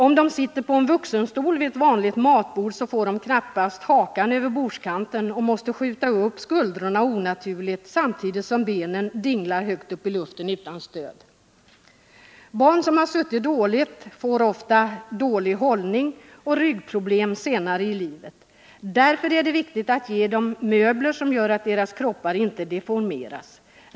Om de sitter på en vuxenstol vid ett vanligt matbord får de knappast hakan över bordskanten och måste skjuta upp skuldrorna onaturligt samtidigt som benen dinglar högt upp i luften utan stöd. ——-- Barn, som har suttit dåligt får ofta dålig hållning och ryggproblem senare i livet. Därför är det viktigt att ge dem möbler som gör att deras kroppar inte deformeras.